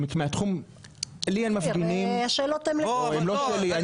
לי אין מפגינים, הם לא שלי.